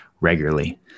regularly